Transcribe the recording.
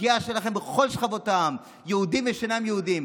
הפגיעה שלכם בכל שכבות העם, יהודים ושאינם יהודים.